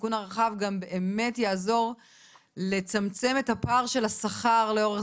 התיקון הרחב גם באמת יעזור לצמצם את הפער של השכר לאורך